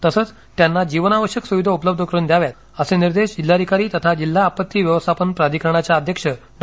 तसेच त्यांना जीवनाश्यक सुविधा उपलब्ध करून द्याव्यात असे निर्देश जिल्हाधिकारी तथा जिल्हा आपत्ती व्यवस्थापन प्राधिकरणाच्या अध्यक्ष डॉ